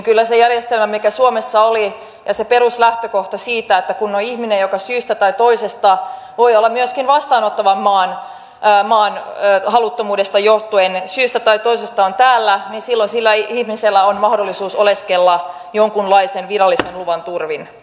kyllä se järjestelmä mikä suomessa oli on toiminut paremmin ja se peruslähtökohta siitä että kun on ihminen joka syystä tai toisesta voi olla myöskin vastaanottavan maan haluttomuudesta johtuen on täällä niin silloin sillä ihmisellä on mahdollisuus oleskella jonkunlaisen virallisen luvan turvin